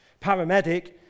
Paramedic